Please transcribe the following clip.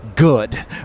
good